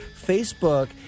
Facebook